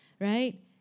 right